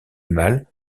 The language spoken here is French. mâles